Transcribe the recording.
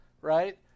right